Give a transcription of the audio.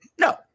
No